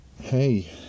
Hey